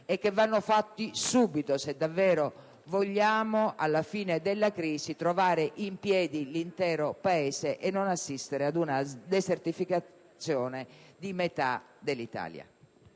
lo ribadisco, se davvero vogliamo, alla fine della crisi, trovare in piedi l'intero Paese e non assistere ad una desertificazione di metà dell'Italia.